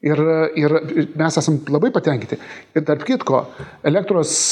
ir ir mes esam labai patenkinti ir tarp kitko elektros